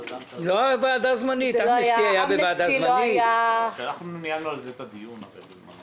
לירון, שאנחנו מבקשים להביא את זה לוועדה קבועה.